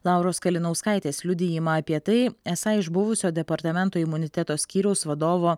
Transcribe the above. lauros kalinauskaitės liudijimą apie tai esą iš buvusio departamento imuniteto skyriaus vadovo